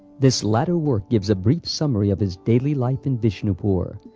this latter work gives a brief summary of his daily life in vishnupur,